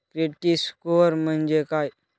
Credit score म्हणजे काय?